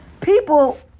People